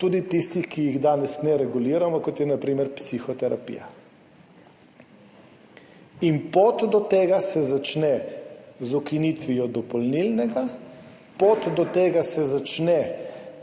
tudi tistih, ki jih danes ne reguliramo, kot je na primer psihoterapija. Pot do tega se začne z ukinitvijo dopolnilnega, pot do tega se začne